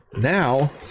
now